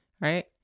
right